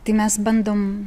tai mes bandom